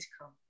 come